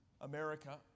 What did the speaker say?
America